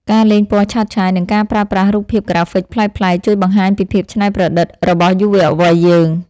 ការលេងពណ៌ឆើតឆាយ និងការប្រើប្រាស់រូបភាពក្រាហ្វិកប្លែកៗ ជួយបង្ហាញពីភាពច្នៃប្រឌិតរបស់យុវវ័យយើង។